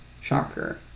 Shocker